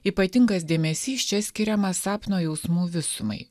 ypatingas dėmesys čia skiriamas sapno jausmų visumai